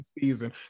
season